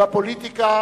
בפוליטיקה